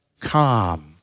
calm